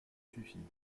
suffit